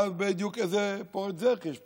מה בדיוק, איזה פורץ דרך יש פה?